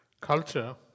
Culture